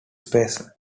space